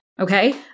Okay